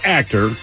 actor